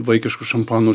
vaikišku šampanu